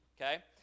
okay